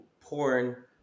porn